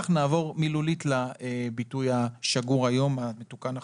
ונעבור מילולית לביטוי השגור היום המתוקן החדש.